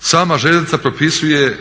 Sama željeznica propisuje